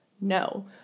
no